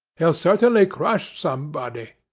he'll certainly crush somebody